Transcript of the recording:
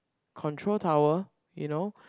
control tower you know